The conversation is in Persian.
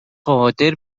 قادر